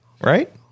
right